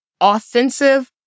offensive